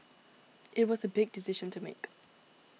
it was a big decision to make